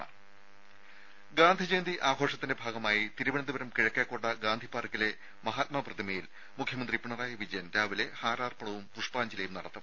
രുമ ഗാന്ധിജയന്തി ആഘോഷത്തിന്റെ ഭാഗമായി തിരുവനന്തപുരം കിഴക്കെക്കോട്ട ഗാന്ധിപാർക്കിലെ മഹാത്മാ പ്രതിമയിൽ മുഖ്യമന്ത്രി പിണറായി വിജയൻ രാവിലെ ഹാരാർപ്പണവും പുഷ്പാഞ്ജലിയും നടത്തും